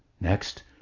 Next